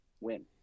win